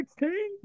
16